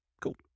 Cool